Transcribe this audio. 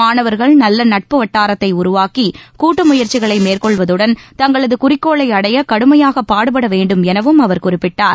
மாணவர்கள் நல்ல நட்பு வட்டாரத்தை உருவாக்கி கூட்டு முயற்சிகளை மேற்கொள்வதுடன் தங்களது குறிக்கோளை அடைய கடுமையாக பாடுபட வேண்டும் எனவும் அவர் குறிப்பிட்டார்